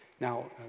Now